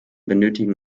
benötigen